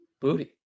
booty